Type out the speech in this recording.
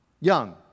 young